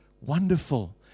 wonderful